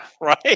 Right